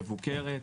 מבוקרת,